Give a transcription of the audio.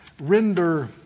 render